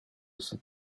iste